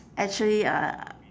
actually uh